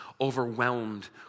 overwhelmed